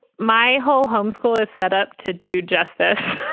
my whole home school is setup to do just this,